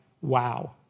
Wow